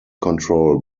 control